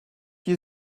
you